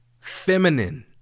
feminine